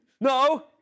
No